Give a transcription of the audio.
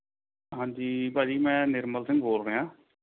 ਹਾਂਜੀ ਭਾ ਜੀ ਮੈਂ ਨਿਰਮਲ ਸਿੰਘ ਬੋਲ ਰਿਐਂ